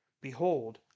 Behold